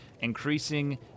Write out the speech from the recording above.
increasing